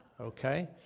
okay